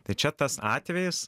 tai čia tas atvejis